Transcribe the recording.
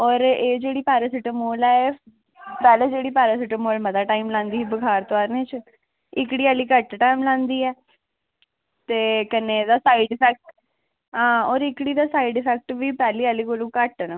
होर एह् जेह्ड़ी पैरासिटामोल ऐ एह् पैह्लें जेह्ड़ी पैरासिटामोल मता टाईम लांदी ही बुखार उतारनै च एह्कड़ी आह्ली घट्ट टाईम लांदी ऐ ते कन्नै एह्दा साईड इफैक्ट होर एह्कड़ी आह्ली दा पैह्लें आह्ली कोला साईड इफैक्ट घट्ट न